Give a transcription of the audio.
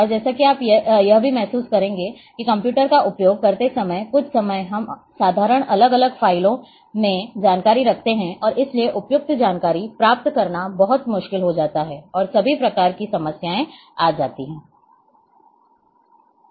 और जैसा कि आप यह भी महसूस करेंगे कि कंप्यूटर का उपयोग करते समय कुछ समय हम साधारण अलग अलग फ़ाइलों में जानकारी रखते हैं और इसलिए उपयुक्त जानकारी प्राप्त करना बहुत मुश्किल हो जाता है और सभी प्रकार की समस्या आ जाएगी